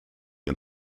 and